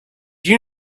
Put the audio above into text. you